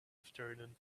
afternoon